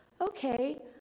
okay